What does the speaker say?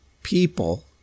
people